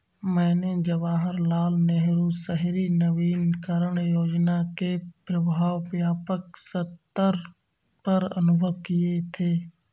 मैंने जवाहरलाल नेहरू शहरी नवीनकरण योजना के प्रभाव व्यापक सत्तर पर अनुभव किये थे